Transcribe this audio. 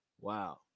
Wow